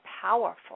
powerful